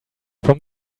from